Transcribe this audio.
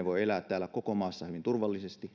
voi mahdollisesti elää koko tässä maassa hyvin turvallisesti